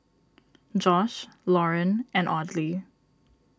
Josh Lauryn and Audley